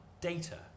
data